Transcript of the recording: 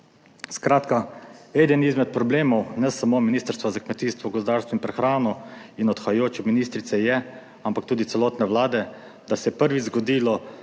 Skratka eden izmed problemov ne samo Ministrstva za kmetijstvo, gozdarstvo in prehrano in odhajajoče ministrice je, ampak tudi celotne Vlade, da se je prvič zgodilo,